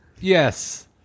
yes